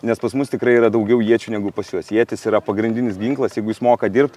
nes pas mus tikrai yra daugiau iečių negu pas juos ietis yra pagrindinis ginklas jeigu jis moka dirbt